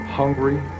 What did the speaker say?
hungry